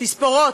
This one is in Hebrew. תספורות.